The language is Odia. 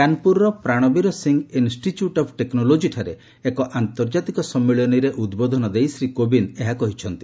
କାନପୁରର ପ୍ରାଣବୀର ସିଂହ ଇନ୍ଷ୍ଟିଚ୍ୟୁଟ୍ ଅଫ୍ ଟେକ୍ନୋଲୋଜିଠାରେ ଏକ ଆନ୍ତର୍ଜାତିକ ସମ୍ମିଳନୀରେ ଉଦ୍ବୋଧନ ଦେଇ ଶ୍ରୀ କୋବିନ୍ଦ ଏହା କହିଛନ୍ତି